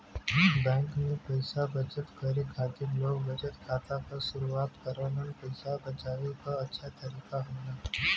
bank में पइसा बचत करे खातिर लोग बचत खाता क शुरआत करलन पइसा बचाये क अच्छा तरीका होला